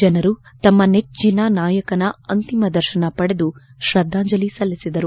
ಜನರು ತಮ್ನ ನೆಚ್ಚಿನ ನಾಯಕನ ಅಂತಿಮ ದರ್ಶನ ಪಡೆದು ಶ್ರದ್ದಾಂಜಲಿ ಸಲ್ಲಿಸಿದರು